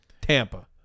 Tampa